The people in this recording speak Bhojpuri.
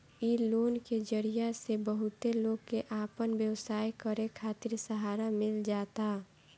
इ लोन के जरिया से बहुते लोग के आपन व्यवसाय करे खातिर सहारा मिल जाता